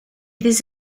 this